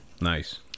Nice